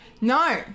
no